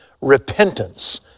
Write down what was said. repentance